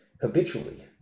habitually